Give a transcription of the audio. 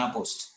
Post